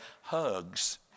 hugs